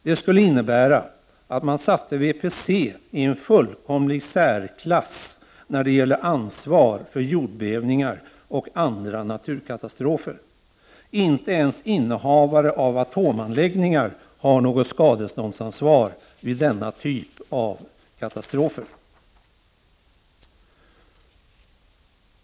Det skulle innebära att man satte VPC i en fullkomlig särklass när det gäller ansvar för jordbävningar och andra naturkatastrofer. Inte ens innehavare av atomanläggningar har något skadeståndsansvar vid denna typ av katastrofer.